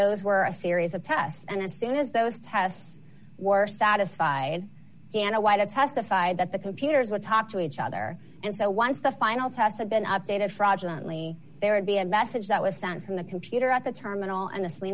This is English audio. those were a series of tests and as soon as those tests were satisfied and a white i testified that the computers would talk to each other and so once the final test had been updated fraudulent only there would be a message that was sent from the computer at the terminal